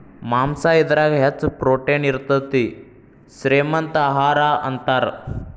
ಮಾಂಸಾ ಇದರಾಗ ಹೆಚ್ಚ ಪ್ರೋಟೇನ್ ಇರತತಿ, ಶ್ರೇ ಮಂತ ಆಹಾರಾ ಅಂತಾರ